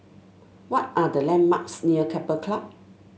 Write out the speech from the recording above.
what are the landmarks near Keppel Club